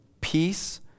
peace